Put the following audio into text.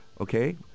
okay